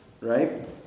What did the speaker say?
Right